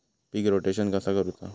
पीक rotation कसा करूचा?